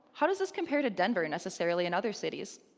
how does this compare to denver, necessarily, and other cities?